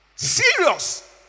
Serious